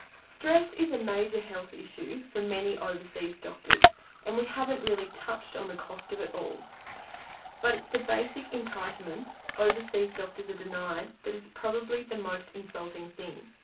stress is a major health issue for many overseas doctors and we haven't really touched on the cost of it all but it's the basic entitlements overseas doctors are denied that is probably the most insulting thing.